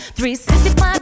365